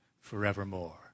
forevermore